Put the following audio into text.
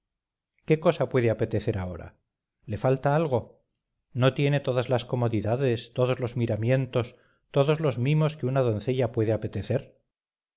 qué cosa puede apetecer ahora le falta algo no tiene todas las comodidades todos los miramientos todos los mimos que una doncella puede apetecer a